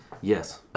Yes